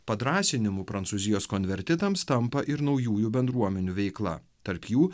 padrąsinimu prancūzijos konvertitams tampa ir naujųjų bendruomenių veikla tarp jų